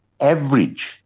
average